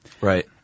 Right